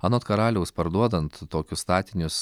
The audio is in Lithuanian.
anot karaliaus parduodant tokius statinius